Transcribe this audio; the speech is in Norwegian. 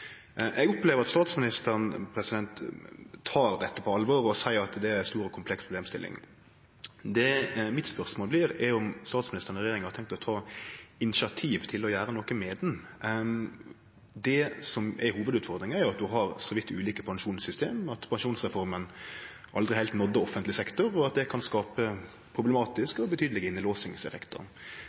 Eg opplever at statsministeren tek dette på alvor og seier at det er ei stor og kompleks problemstilling. Mitt spørsmål blir då om statsministeren og regjeringa har tenkt å ta initiativ til å gjere noko med ho. Det som er hovudutfordringa, er at ein har så vidt ulike pensjonssystem at pensjonsreforma aldri heilt nådde offentleg sektor, og at det kan skape problematiske og betydelege